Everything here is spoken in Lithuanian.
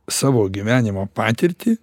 savo gyvenimo patirtį